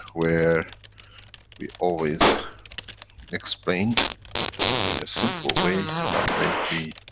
where we always explained in a simple way, now make me.